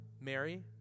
Mary